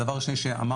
הדבר השני שאמרת,